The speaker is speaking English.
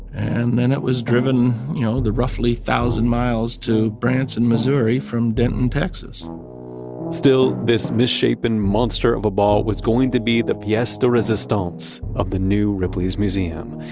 and then it was driven you know the roughly thousand miles to branson, missouri from denton, texas still, this misshapen monster of a ball was going to be the piece de resistance of the new ripley's museum,